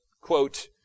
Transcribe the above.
Quote